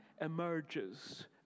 emerges